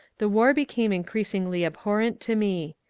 the war became increasingly abhorrent to me.